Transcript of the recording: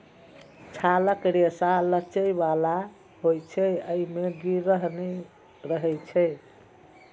छालक रेशा लचै बला होइ छै, अय मे गिरह नै रहै छै